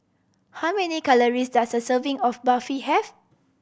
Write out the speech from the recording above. how many calories does a serving of Barfi have